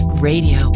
Radio